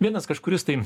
vienas kažkuris tai